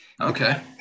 Okay